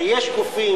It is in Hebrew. הרי יש גופים,